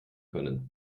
können